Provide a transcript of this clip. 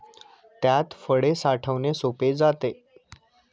त्यात फळे साठवणे सोपे जाते